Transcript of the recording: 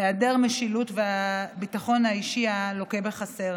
היעדר המשילות והביטחון האישי הלוקה בחסר.